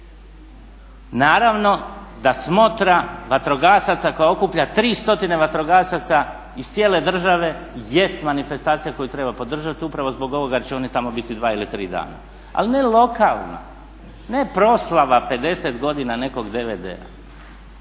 Naravno da smotra vatrogasaca koja okuplja 300 vatrogasaca iz cijele države jest manifestacija koju treba podržati upravo zbog ovoga jer će oni tamo biti dva ili tri dana, ali ne lokalna, ne proslava 50 godina nekog DVD-a.